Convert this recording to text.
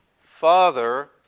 father